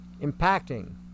impacting